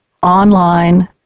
online